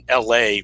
LA